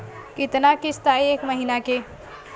कितना किस्त आई एक महीना के?